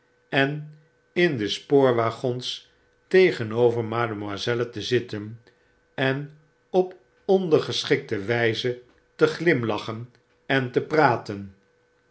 en in spoorwegwaggons tegenover mademoiselle te zitten en op ondergeschikte wflze te glimlachen en te praten